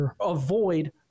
avoid